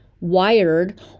wired